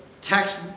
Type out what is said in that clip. text